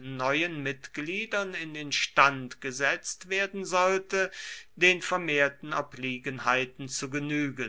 neuen mitgliedern in den stand gesetzt werden sollte den vermehrten obliegenheiten